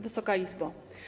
Wysoka Izbo!